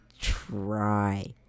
try